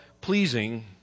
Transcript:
pleasing